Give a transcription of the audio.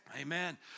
Amen